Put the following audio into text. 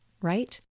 right